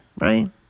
Right